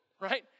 Right